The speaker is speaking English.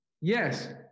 Yes